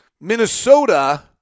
Minnesota